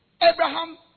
Abraham